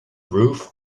roof